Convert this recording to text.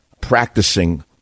practicing